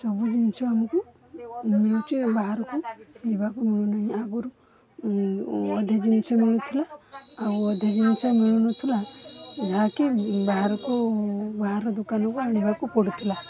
ସବୁ ଜିନିଷ ଆମକୁ ମିଳୁଛିଆଉ ବାହାରକୁ ଯିବାକୁ ମିଳୁନାହିଁ ଆଗରୁ ଅଧେ ଜିନିଷ ମିଳୁଥିଲା ଆଉ ଅଧେ ଜିନିଷ ମିଳୁନଥିଲା ଯାହାକି ବାହାରକୁ ବାହାର ଦୋକାନକୁ ଆଣିବାକୁ ପଡ଼ୁଥିଲା